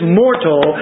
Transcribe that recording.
mortal